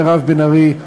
מירב בן ארי,